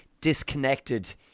disconnected